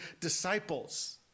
disciples